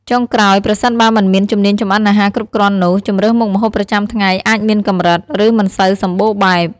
ចុងក្រោយ ប្រសិនបើមិនមានជំនាញចម្អិនអាហារគ្រប់គ្រាន់នោះ ជម្រើសមុខម្ហូបប្រចាំថ្ងៃអាចមានកម្រិត ឬមិនសូវសម្បូរបែប។